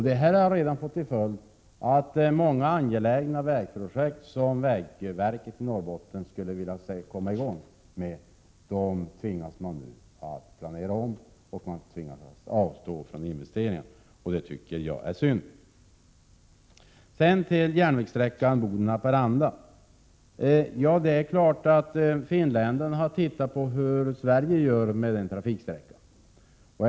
Det har redan fått till följd att vägverket i Norrbotten tvingas planera om och avstå från investeringar beträffande många angelägna vägprojekt som man skulle vilja sätta i gång. Det tycker jag är synd. Sedan till järnvägssträckan Boden-Haparanda. Det är klart att finländarna har tittat på hur Sverige gör med motsvarande trafiksträcka.